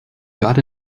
got